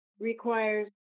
requires